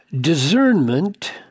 discernment